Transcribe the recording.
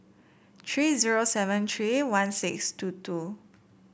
tree zero seven tree one six two two